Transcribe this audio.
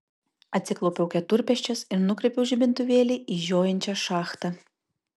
atsiklaupiau keturpėsčias ir nukreipiau žibintuvėlį į žiojinčią šachtą